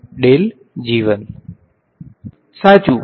fee 1